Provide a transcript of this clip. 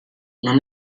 non